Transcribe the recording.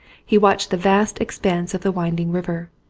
he watched the vast expanse of the winding river.